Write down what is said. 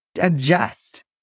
adjust